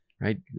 right